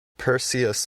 perseus